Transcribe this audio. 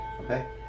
Okay